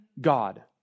God